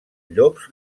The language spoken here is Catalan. llops